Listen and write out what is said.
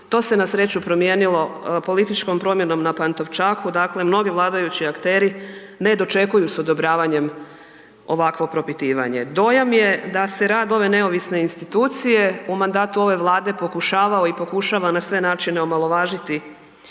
To se na sreću promijenilo političkom promjenom na Pantovčaku, dakle mnogi vladajući akteri ne dočekuju s odobravanjem ovako propitivanje. Dojam je da se rad ove neovisne institucije u mandatu ove Vlade pokušavao i pokušava na sve načine omalovažiti